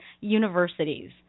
universities